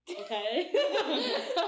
Okay